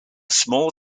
small